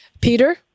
Peter